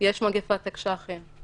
יש מגפת תקש"חים,